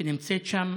שנמצא שם.